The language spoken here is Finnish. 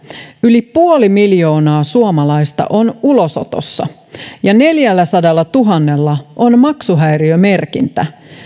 yli puoli miljoonaa suomalaista on ulosotossa ja neljälläsadallatuhannella on maksuhäiriömerkintä